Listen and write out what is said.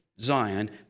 Zion